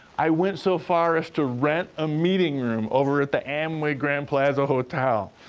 i went so far as to rent a meeting room over at the amway grand plaza hotel.